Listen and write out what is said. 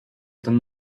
ten